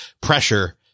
pressure